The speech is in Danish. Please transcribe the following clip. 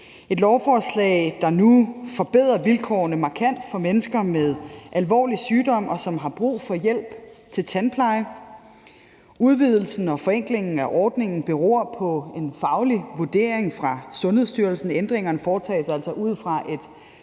et lovforslag, der nu forbedrer vilkårene markant for mennesker med alvorlig sygdom, som har brug for hjælp til tandpleje. Udvidelsen og forenklingen af ordningen beror på en faglig vurdering fra Sundhedsstyrelsen. Ændringerne foretages altså ud fra et